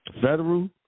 Federal